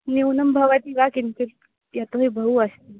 न्यूनं भवति वा किञ्चित् यतो हि बहु अस्ति